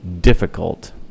difficult